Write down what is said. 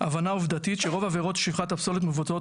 הבנה עובדתית שרוב עברות שליחת הפסולת מבוצעת